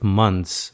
months